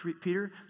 Peter